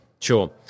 sure